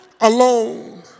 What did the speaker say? alone